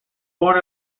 born